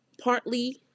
partly